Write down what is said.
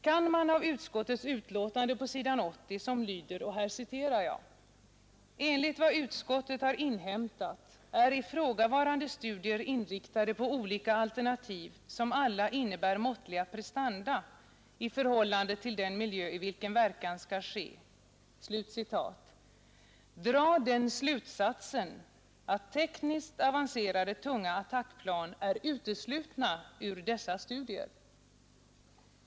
Kan man av skrivningen på s. 80 i utskottets betänkande, som lyder: ”Enligt vad utskottet har inhämtat är ifrågavarande studier inriktade på olika alternativ som alla innebär måttliga prestanda i förhållande till den miljö i vilken verkan skall ske”, dra den slutsatsen att tekniskt avancerade tunga attackplan är uteslutna ur dessa studier?